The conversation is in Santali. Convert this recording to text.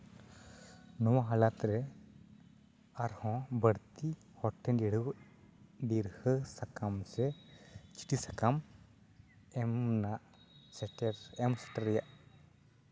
ᱱᱚᱣᱟ ᱦᱟᱞᱟᱛ ᱨᱮ ᱟᱨᱦᱚᱸ ᱵᱟᱹᱲᱛᱤ ᱦᱚᱲ ᱴᱷᱮᱱ ᱜᱮ ᱰᱷᱟᱹᱨᱣᱟᱹᱜ ᱵᱤᱨᱦᱟᱹ ᱥᱟᱠᱟᱢ ᱥᱮ ᱪᱤᱴᱷᱤ ᱥᱟᱠᱟᱢ ᱮᱢ ᱨᱮᱱᱟᱜ ᱮᱢ ᱥᱮᱴᱮᱨ ᱨᱮᱭᱟᱜ